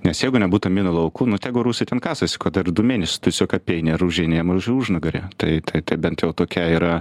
nes jeigu nebūtų minų laukų nu tegu rusai ten kasasi kad ir du mėnesius tiesiog apeini ir užeini jiem už užnugarį tai tai bent jau tokia yra